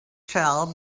shell